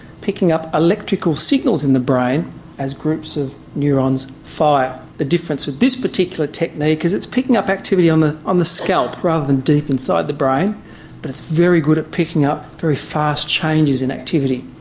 picking up electrical signals in the brain as groups of neurons fire. the difference with this particular technique is it's picking up activity on the on the scalp rather than deep inside the brain but it's very good at picking up very fast changes in activity.